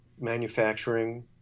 manufacturing